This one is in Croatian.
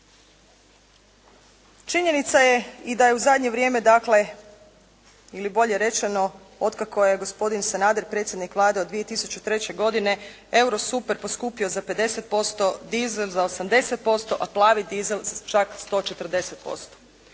Činjenica je i da je u zadnje vrijeme dakle ili bolje rečeno otkako je gospodin Sanader predsjednik Vlade od 2003. godine eurosuper poskupio za 50%, dizel za 80% a plavi dizel čak 140%.